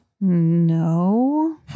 no